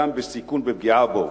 גם בסיכון בפגיעה בו,